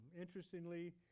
Interestingly